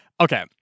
Okay